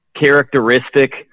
characteristic